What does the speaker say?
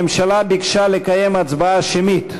הממשלה ביקשה לקיים הצבעה שמית.